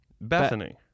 Bethany